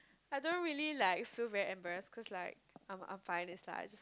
I don't really like feel very embarrassed cause like I'm I'm fine and such